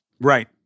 Right